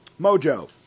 Mojo